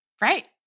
Right